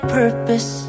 purpose